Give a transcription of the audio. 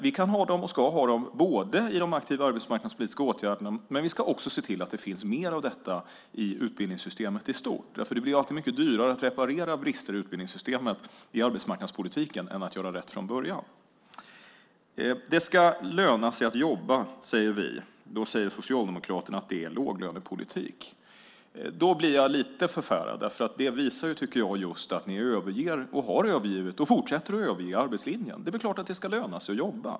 Vi kan och ska ha dem i de aktiva arbetsmarknadspolitiska åtgärderna, men vi ska också se till att det finns mer av detta i utbildningssystemet i stort. Det blir alltid mycket dyrare att reparera brister i utbildningssystemet i arbetsmarknadspolitiken än att göra rätt från början. Det ska löna sig att jobba, säger vi. Då säger Socialdemokraterna att det är låglönepolitik. Det gör mig lite förfärad, för det visar att ni har övergivit och fortsätter att överge arbetslinjen. Det är klart att det ska löna sig att jobba!